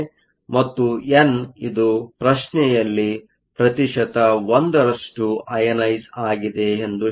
ಮತ್ತು ಎನ್ ಇದು ಪ್ರಶ್ನೆಯಲ್ಲಿ ಪ್ರತಿಶತ 1 ರಷ್ಟು ಅಐನೈಸ಼್ ಆಗಿದೆ ಎಂದು ಹೇಳುತ್ತದೆ